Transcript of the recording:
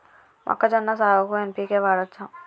మొక్కజొన్న సాగుకు ఎన్.పి.కే వాడచ్చా?